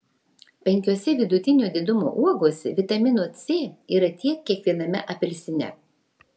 penkiose vidutinio didumo uogose vitamino c yra tiek kiek viename apelsine